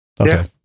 Okay